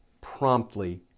promptly